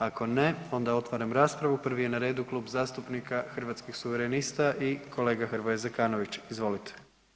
Ako ne, onda otvaram raspravu, prvi na redu je Klub zastupnika Hrvatskih suverenista i kolega Hrvoje Zekanović, izvolite.